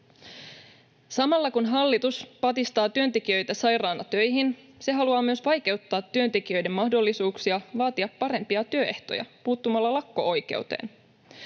Samalla kun hallitus patistaa työntekijöitä sairaana töihin, se haluaa myös vaikeuttaa työntekijöiden mahdollisuuksia vaatia parempia työehtoja puuttumalla lakko-oikeuteen.